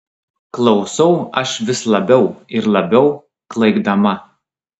klausau aš vis labiau ir labiau klaikdama